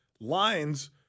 lines